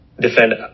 defend